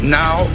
now